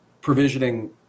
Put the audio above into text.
provisioning